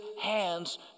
hands